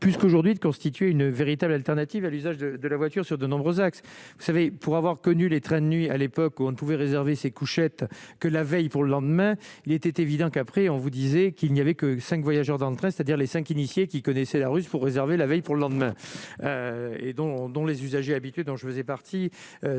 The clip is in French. puisqu'aujourd'hui de constituer une véritable alternative à l'usage de la voiture sur de nombreux axes vous savez pour avoir connu les trains de nuit, à l'époque où on pouvait réserver ses couchettes que la veille pour le lendemain, il était évident qu'après on vous disait qu'il n'y avait que 5 voyageurs dans train, c'est-à-dire les 5 initiés qui connaissait la rue il faut réserver la veille pour le lendemain et dont, dont les usagers habitués dont je faisais partie,